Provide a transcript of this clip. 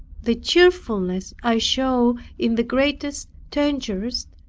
the cheerfulness i showed in the greatest dangers